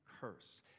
curse